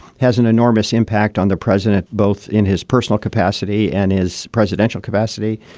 has an enormous impact on the president, both in his personal capacity and his presidential capacity.